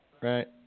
Right